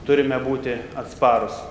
turime būti atsparūs